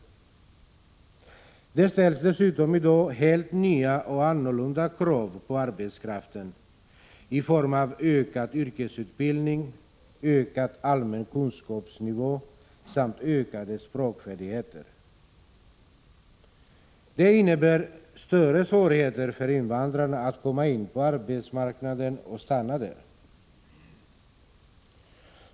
Dessutom ställs det i dag helt nya och annorlunda krav på arbetsmarknaden när det gäller ökad yrkesutbildning, höjd allmän kunskapsnivå samt större språkkunskaper. Det innebär större svårigheter för invandrarna att komma in på arbetsmarknaden och att stanna där.